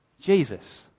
Jesus